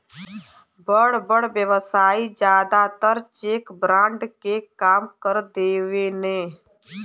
बड़ बड़ व्यवसायी जादातर चेक फ्रॉड के काम कर देवेने